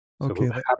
Okay